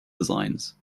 designs